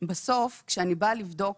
בסוף כשאני באה לבדוק